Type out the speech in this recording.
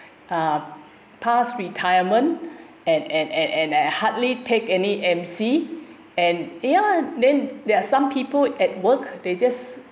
uh past retirement and and and and I hardly take any M_C and ya there are some people at work they just